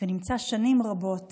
ונמצא שנים רבות